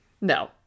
No